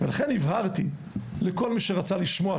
לכן הבהרתי לכל מי שרצה לשמוע,